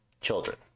children